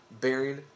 bearing